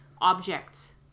objects